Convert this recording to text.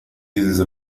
desde